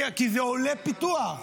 כי זה עולה פיתוח.